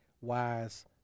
wise